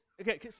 okay